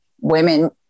women